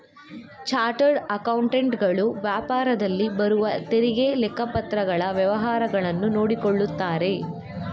chartered accountant ಗಳು ವ್ಯಾಪಾರದಲ್ಲಿ ಬರುವ ತೆರಿಗೆ, ಲೆಕ್ಕಪತ್ರಗಳ ವ್ಯವಹಾರಗಳನ್ನು ನೋಡಿಕೊಳ್ಳುತ್ತಾರೆ